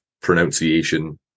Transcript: pronunciation